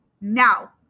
now